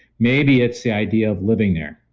maybe it's the idea of living there.